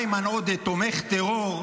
איימן עודה תומך טרור,